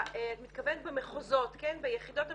ואת מתכוונת ביחידות המחוזיות,